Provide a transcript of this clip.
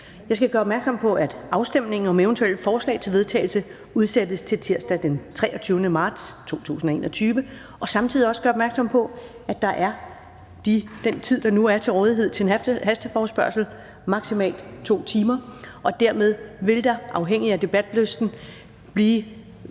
Jeg skal gøre opmærksom på, at afstemning om eventuelle forslag til vedtagelse udsættes til tirsdag den 23. marts 2021, og jeg skal samtidig også gøre opmærksom på, at der er den tid, der nu er, til rådighed til en hasteforespørgsel, nemlig maksimalt 2 timer. Dermed vil det afhængigt af debatlysten blive